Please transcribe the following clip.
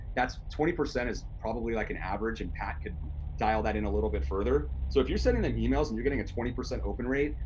twenty percent is probably like an average, and pat could dial that in a little bit further. so if you're sending them emails and you're getting a twenty percent open rate,